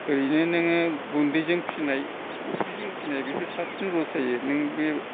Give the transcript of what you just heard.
ओरैनो नों गुन्दैजों फिनाय अफ्रिजों फिनाय साबसिन रस जायो नों बे